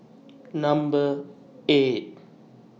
Number eight